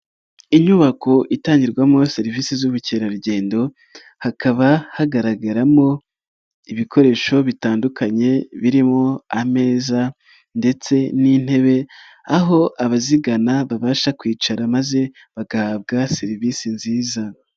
Inyubako itangirwamo serivisi z'ubukerarugendo hakaba hagaragaramo ibikoresho bitandukanye birimo ameza ndetse n'intebe, aho abazigana babasha kwicara maze bagahabwa serivisi nziza.